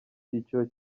cyiciro